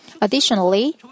Additionally